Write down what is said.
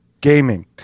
Gaming